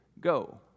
go